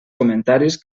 comentaris